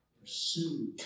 Pursue